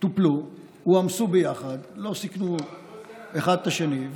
טופלו, הועמסו ביחד, לא סיכנו אחד את השני.